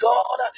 God